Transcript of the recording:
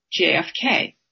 JFK